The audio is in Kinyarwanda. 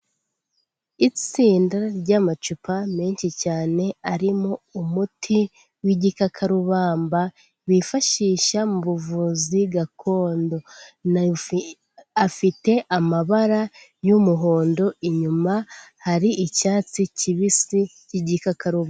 Itsinda ry'amacupa menshi cyane arimo umuti w'igikakarubamba, bifashisha mu buvuzi gakondo. Afite amabara y'umuhondo, inyuma hari icyatsi kibisi cy'igikarumba.